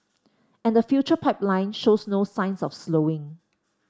and the future pipeline shows no signs of slowing